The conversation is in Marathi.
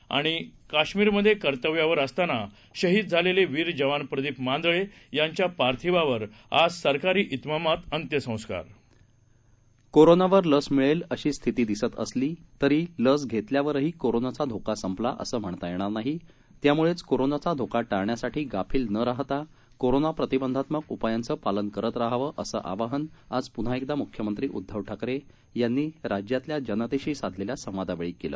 जम्मूकाश्मीरमधेकर्तव्यावरअसतानाशहीदझालेलेवीरजवानप्रदीपमांदळेयांच्यापार्थिवावरआज सरकारी तिमामात अत्यसंस्कार कोरोनावर लस मिळेल अशी स्थिती दिसत असली तरी लस घेतल्यावरही कोरोनाचा धोका संपला असं म्हणता येणार नाही त्यामुळेच कोरोनाचा धोका टाळण्यासाठी गाफील न राहता कोरोना प्रतिबंधात्मक उपायांचं पालन करत राहावं असं आवाहन आज पुन्हा एकदा मुख्यमंत्री उद्धव ठाकरे यांनी राज्यातल्या जनतेशी साधलेल्या संवादावेळी केलं